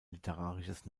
literarisches